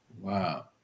Wow